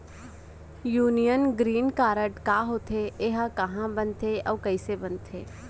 Union green card का होथे, एहा कहाँ बनथे अऊ कइसे बनथे?